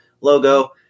logo